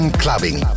clubbing